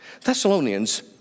Thessalonians